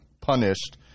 punished